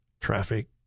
traffic